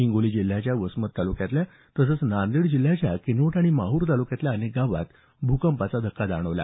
हिंगोली जिल्ह्याच्या वसमत तालुक्यात तसंच नांदेड जिल्ह्याच्या किनवट आणि माहूर तालुक्यात भूकंपाचा धक्का जाणवला